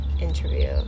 interview